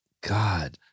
God